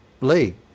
Lee